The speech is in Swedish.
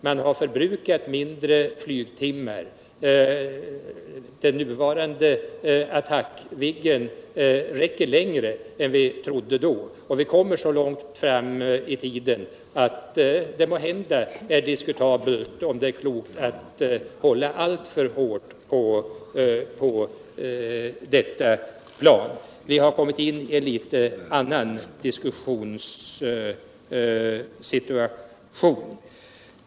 Man har förbrukat färre flygtimmar än beräknat. Den nuvarande Attackviggen kommer att räcka längre än vi trodde då, så länge att det måhända är diskutabelt om det är klokt att hålla fast vid A 20. Vi har således fått ett annat underlag för diskussionen.